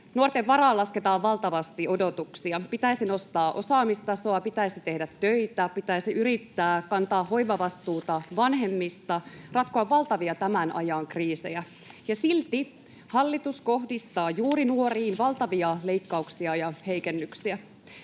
Nuorten varaan lasketaan valtavasti odotuksia. Pitäisi nostaa osaamistasoa, pitäisi tehdä töitä, pitäisi yrittää, kantaa hoivavastuuta vanhemmista, ratkoa valtavia tämän ajan kriisejä — ja silti hallitus kohdistaa juuri nuoriin valtavia leikkauksia ja heikennyksiä.